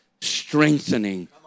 strengthening